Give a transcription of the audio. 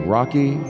Rocky